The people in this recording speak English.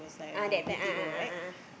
ah that time ah ah ah ah ah ah ah